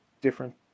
different